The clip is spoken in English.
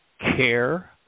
care